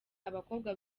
abakobwa